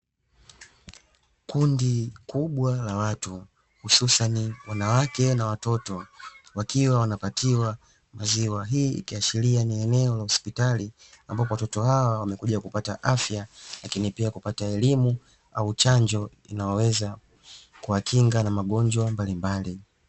Kundi kubwa la watu hususani wanawake na watoto wakiwa wanapatiwa maziwa hii ikiashiria ni eneo la hospitali, ambapo watoto hawa wamekuja kupata afya lakini pia kupata elimu au chanjo inayoweza kuwakinga na magonjwa mbalimbali.